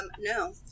No